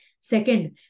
Second